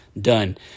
Done